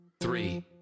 three